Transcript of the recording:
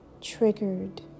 triggered